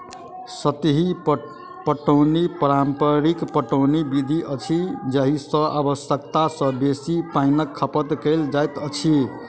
सतही पटौनी पारंपरिक पटौनी विधि अछि जाहि मे आवश्यकता सॅ बेसी पाइनक खपत कयल जाइत अछि